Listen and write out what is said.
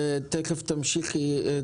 תיכף תמשיכי.